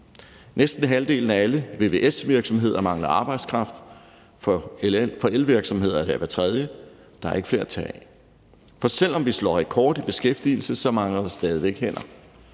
Næsten halvdelen af alle vvs-virksomheder mangler arbejdskraft. For elvirksomheder er det hver tredje. Der er ikke flere at tage af. For selv om vi slår rekord i beskæftigelse, mangler der stadig væk hænder.